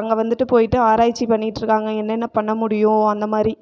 அங்கே வந்துவிட்டு போய்விட்டு ஆராய்ச்சி பண்ணிட்டுருக்காங்க என்னென்ன பண்ண முடியும் அந்தமாதிரி